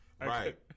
Right